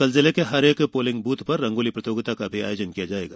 कल जिले के प्रत्येक पोलिंग बूथ पर रंगोली प्रतियोगिता का आयोजन किया जायेगा